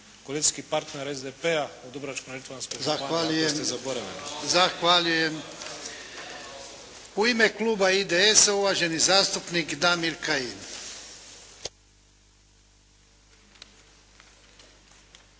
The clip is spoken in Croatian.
Ivan (HDZ)** Zahvaljujem. U ime kluba IDS-a uvaženi zastupnik Damir Kajin.